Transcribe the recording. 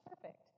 perfect